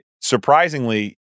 Surprisingly